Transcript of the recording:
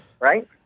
right